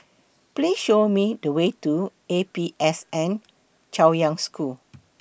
Please Show Me The Way to A P S N Chaoyang School